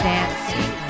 Dancing